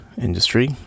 industry